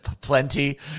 Plenty